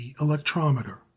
electrometer